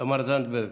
תמר זנדברג,